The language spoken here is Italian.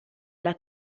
alla